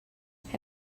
have